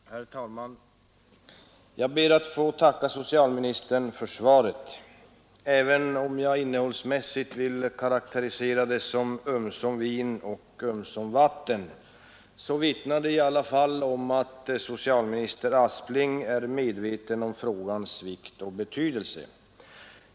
Herr talman! Jag ber att få tacka socialministern för svaret. Även om det innehållsmässigt kan karakteriseras som ”ömsom vin och ömsom vatten”, vittnar det i alla fall om att socialminister Aspling är medveten om frågans vikt och betydelse.